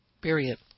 Period